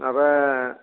माबा